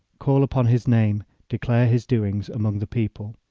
call upon his name, declare his doings among the people.